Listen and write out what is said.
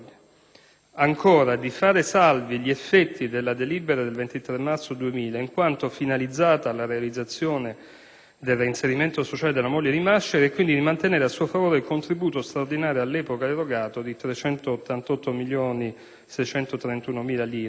moglie; di fare salvi gli effetti della delibera del 23 marzo 2000, in quanto finalizzata alla realizzazione del reinserimento sociale della moglie di Masciari, e quindi di mantenere a suo favore il contributo straordinario all'epoca erogato di 388.631.000 lire,